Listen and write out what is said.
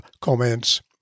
comments